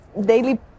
daily